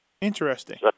Interesting